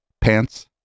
pants